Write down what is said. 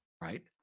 right